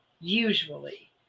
usually